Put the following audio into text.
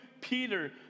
Peter